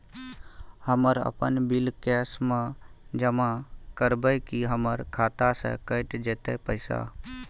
हम अपन bill cash म जमा करबै की हमर खाता स कैट जेतै पैसा?